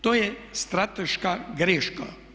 To je strateška greška.